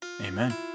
Amen